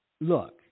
Look